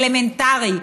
אלמנטרי,